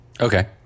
Okay